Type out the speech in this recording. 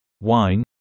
wine